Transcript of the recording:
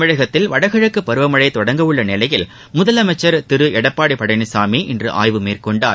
தமிழகத்தில் வடகிழக்கு பருவமழை தொடங்க உள்ள நிலையில் முதலமைச்சர் திரு எடப்பாடி பழனிசாமி இன்று ஆய்வு மேற்கொண்டார்